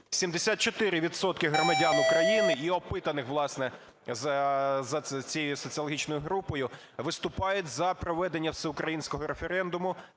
громадян України і опитаних, власне, за цією соціологічною групою виступають за проведення всеукраїнського референдуму.